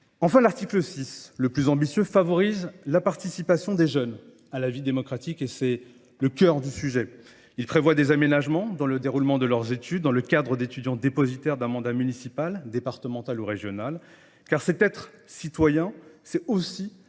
Enfin, l'article 6, le plus ambitieux, favorise la participation des jeunes à la vie démocratique et c'est le cœur du sujet. Ils prévoient des aménagements dans le déroulement de leurs études, dans le cadre d'étudiants dépositaires d'un mandat municipal, départemental ou régional. Car cet être citoyen, c'est aussi